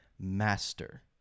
master